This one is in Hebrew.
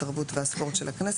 התרבות והספורט של הכנסת,